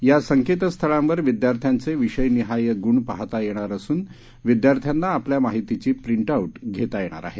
या संकेतस्थळांवर विद्यार्थ्यांचे विषयनिहाय गुण पाहाता येणार असून विद्यार्थ्यांना आपल्या माहितीची प्रिंटआऊट घेता येणार आहे